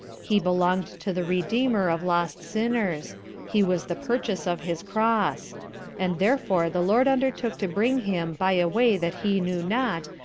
he belong'd to the redeemer of lost sinners he was the purchase of his cross and therefore the lord undertook to bring him by a way that he knew not,